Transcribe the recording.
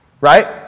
right